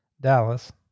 Dallas